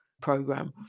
program